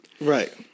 Right